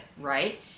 right